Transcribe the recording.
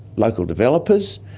local developers,